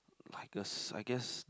I guess I guess